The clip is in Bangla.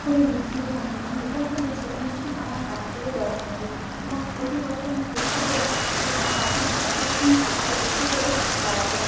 খুবই নিশ্চিন্তে থাকি আমি এটা ভাবি ঝে উনি ঠিক আমার গাছগুলোর যত্ন নেবে এবং প্রতিবছর আমি চেষ্টা করি এই আমার বাগানে গাছের সংখ্যা আরও বেশি করে বাড়াতে